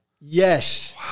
yes